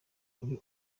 kuri